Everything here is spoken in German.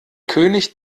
könig